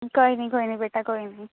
کوئی نہیں کوئی نہیں بیٹا کوئی نہیں